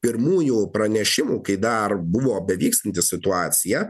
pirmųjų pranešimų kai dar buvo bevykstanti situacija